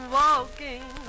walking